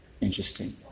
Interesting